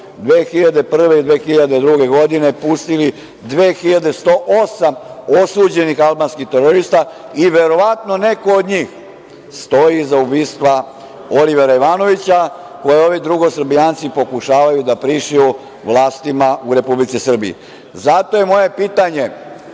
2001. i 2002. godine, pustili 108 osuđenih albanskih terorista i verovatno neko od njih stoji iza ubistva Olivera Ivanovića, koji ovi „drugosrbijanci“ pokušavaju da prišiju vlastima u Republici Srbiji. Zato je moje pitanje